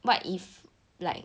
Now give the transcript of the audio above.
what if like